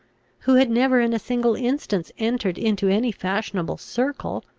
who had never in a single instance entered into any fashionable circle,